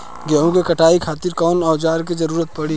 गेहूं के कटाई खातिर कौन औजार के जरूरत परी?